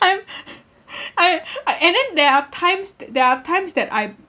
I'm I and then there are times there are times that I